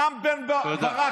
רם בן ברק,